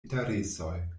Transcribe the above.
interesoj